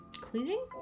cleaning